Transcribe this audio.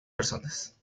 personas